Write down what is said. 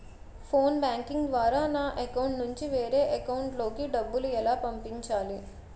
Phone banking ద్వారా నా account నుంచి వేరే అకౌంట్ లోకి డబ్బులు ఎలా పంపించాలి?